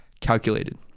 calculated